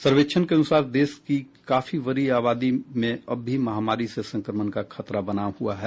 सर्वेक्षण के अनुसार देश की काफी बड़ी आबादी में अब भी महामारी से संक्रमण का खतरा बना हुआ है